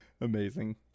Amazing